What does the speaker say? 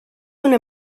una